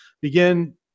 begin